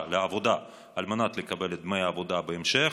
בעבודה על מנת לקבל את דמי האבטלה בהמשך.